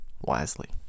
wisely